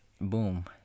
Boom